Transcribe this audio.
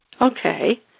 okay